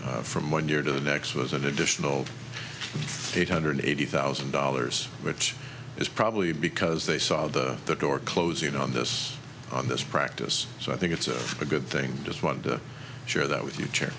overage from one year to the next was an additional eight hundred eighty thousand dollars which is probably because they saw the door closing on this on this practice so i think it's a good thing just want to share that with you chair